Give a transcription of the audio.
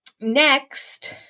Next